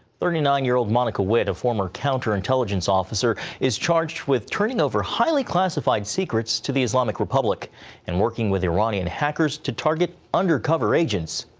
thirty nine year old monica witt, a former counter intelligence officers charged with turning over highly classified secrets to the islamic republic and working with iranian hackers to target undercover agents.